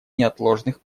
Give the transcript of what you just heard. неотложных